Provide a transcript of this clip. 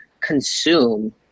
consume